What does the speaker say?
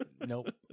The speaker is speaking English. Nope